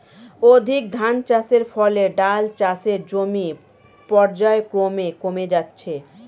অধিক ধানচাষের ফলে ডাল চাষের জমি পর্যায়ক্রমে কমে যাচ্ছে